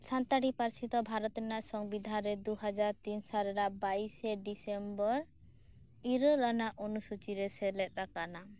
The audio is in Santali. ᱥᱟᱱᱛᱟᱲᱤ ᱯᱟᱹᱨᱥᱤ ᱫᱚ ᱵᱷᱟᱨᱚᱛ ᱨᱮᱱᱟᱜ ᱥᱚᱝᱵᱤᱫᱷᱟᱱ ᱨᱮ ᱫᱩ ᱦᱟᱡᱟᱨ ᱛᱤᱱ ᱥᱟᱞ ᱨᱮᱱᱟᱜ ᱵᱟᱭᱤᱥᱮ ᱰᱤᱥᱮᱢᱵᱚᱨ ᱤᱨᱟᱹᱞ ᱟᱱᱟᱜ ᱚᱱᱩᱥᱩᱪᱤ ᱨᱮ ᱥᱮᱞᱮᱫ ᱟᱠᱟᱱᱟ